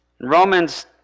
Romans